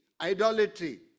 idolatry